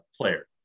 player